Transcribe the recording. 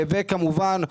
וכמובן,